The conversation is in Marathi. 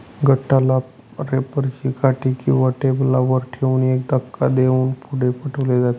गठ्ठ्याला रॅपर ची काठी किंवा टेबलावर ठेवून एक धक्का देऊन पुढे पाठवले जाते